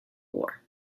war